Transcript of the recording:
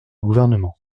gouvernement